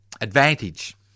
advantage